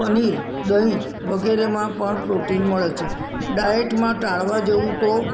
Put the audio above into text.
પનીર દહીં વગેરેમાં પણ પ્રોટીન મળે છે ડાયટમાં ટાળવા જેવું તો